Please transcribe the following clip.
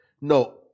no